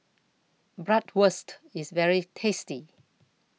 Bratwurst IS very tasty